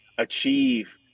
achieve